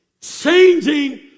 Changing